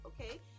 okay